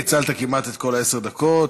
ניצלת כמעט את כל עשר הדקות.